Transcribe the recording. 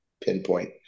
pinpoint